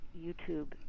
YouTube